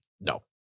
no